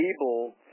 able